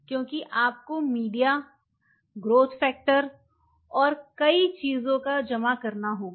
क्योंकि आपको media growth factor और कई चीजों को जमा करना होगा